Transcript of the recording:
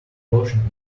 washing